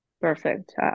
perfect